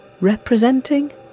representing